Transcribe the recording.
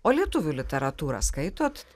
o lietuvių literatūrą skaitot